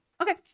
Okay